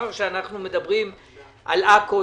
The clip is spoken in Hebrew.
מאחר שאנחנו מדברים על עכו,